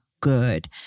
good